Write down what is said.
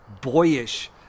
boyish